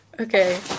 Okay